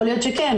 יכול להיות שכן,